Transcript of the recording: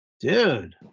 Dude